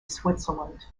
switzerland